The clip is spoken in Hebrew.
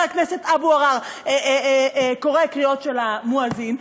הכנסת אבו עראר קורא קריאות של המואזין,